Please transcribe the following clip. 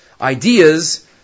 ideas